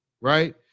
right